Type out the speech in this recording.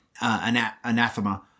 anathema